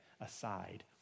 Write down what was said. aside